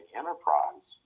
enterprise